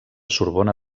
sorbona